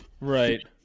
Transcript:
Right